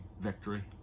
victory